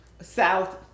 south